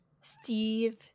Steve